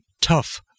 tough